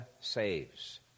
saves